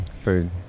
food